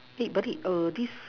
eh buddy err this